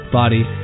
body